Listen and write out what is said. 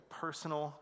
personal